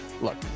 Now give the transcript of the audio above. look